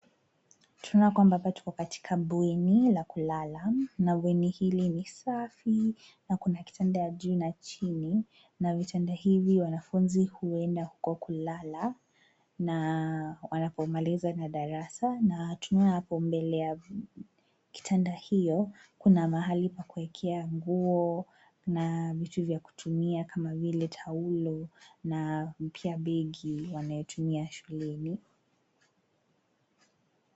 Tunaona hapa tuko katika bweni la kulala. Kitanda cha orofa. Kitanda kina magodoro meupe. Mapazia ya rangi ya dhahabu yamefunika dirisha, na jua linaonekana kuingia. Ukuta una rangi ya manjano nyepesi. Kuna rafu ndogo ukutani yenye vitu vichache. Sakafu inaonekana kuwa na vigae. Chumba kinaonekana rahisi na safi.